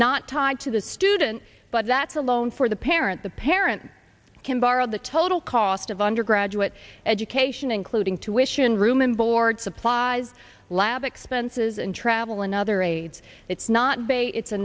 not tied to the student but that's a loan for the parent the parent can borrow the total cost of undergraduate education including to issue in room and board supplies lab expenses and travel another aids it's not bay it's a